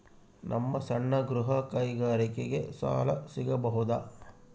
ನಮ್ಮ ಸಣ್ಣ ಗೃಹ ಕೈಗಾರಿಕೆಗೆ ಸಾಲ ಸಿಗಬಹುದಾ?